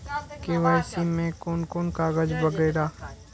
KYC में कोन कोन कागज वगैरा?